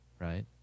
right